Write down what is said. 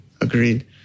Agreed